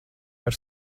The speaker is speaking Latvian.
par